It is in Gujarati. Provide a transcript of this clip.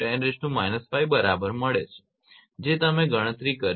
29×10−5 બરાબર મળે છે જે તમે ગણતરી કરી છે